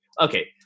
Okay